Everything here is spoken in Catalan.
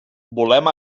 volem